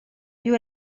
più